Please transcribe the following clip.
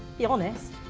be honest.